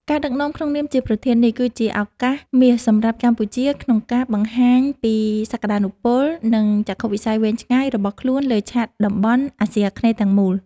ការដឹកនាំក្នុងនាមជាប្រធាននេះ គឺជាឱកាសមាសសម្រាប់កម្ពុជាក្នុងការបង្ហាញពីសក្តានុពល និងចក្ខុវិស័យវែងឆ្ងាយរបស់ខ្លួនលើឆាកតំបន់អាស៊ីអាគ្នេយ៍ទាំងមូល។